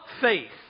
faith